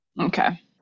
Okay